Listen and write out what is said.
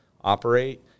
operate